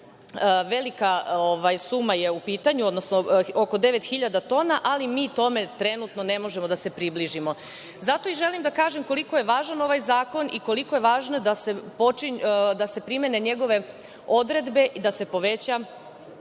velika suma je u pitanju, odnosno oko devet hiljada tona, ali mi tome trenutno ne možemo da se približimo. Zato i želim da kažem koliko je važan ovaj zakon i koliko je važno da se primene njegove odredbe i da se poveća